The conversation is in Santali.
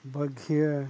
ᱵᱟᱹᱜᱷᱤᱭᱟᱹ